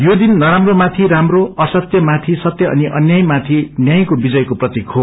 योदिन नराम्रोमाथि राम्रो असत्यमाथि सत्य अनि अन्यायमाथि न्यायको विजयको प्रतिक हो